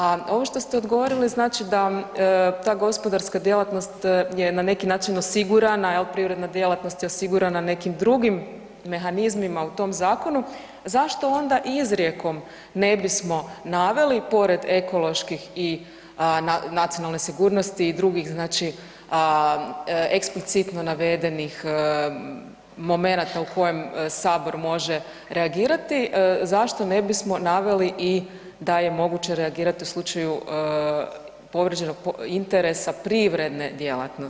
A ovo što ste odgovorili znači ta gospodarska djelatnost je na neki način osigurana jel privredna djelatnost je osigurana nekim drugim mehanizmima u tom zakonu, zašto onda izrijekom ne bismo naveli pored ekoloških i nacionalne sigurnosti i drugih eksplicitno navedenih momenata u kojem Sabor može reagirati, zašto ne bismo naveli i da je moguće reagirati u slučaju povrijeđenog interesa privredne djelatnosti?